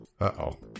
Uh-oh